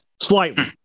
Slightly